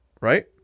Right